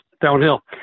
downhill